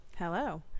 Hello